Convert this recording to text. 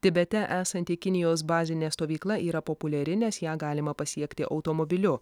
tibete esanti kinijos bazinė stovykla yra populiari nes ją galima pasiekti automobiliu